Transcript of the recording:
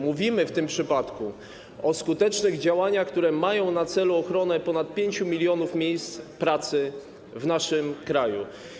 Mówimy w tym przypadku o skutecznych działaniach, które mają na celu ochronę ponad 5 mln miejsc pracy w naszym kraju.